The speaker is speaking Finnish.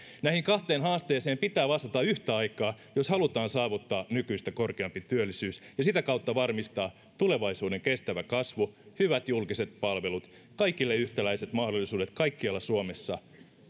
näihin kahteen haasteeseen pitää vastata yhtä aikaa jos halutaan saavuttaa nykyistä korkeampi työllisyys ja sitä kautta varmistaa tulevaisuuden kestävä kasvu hyvät julkiset palvelut kaikille yhtäläiset mahdollisuudet kaikkialla suomessa